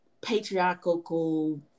patriarchal